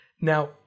Now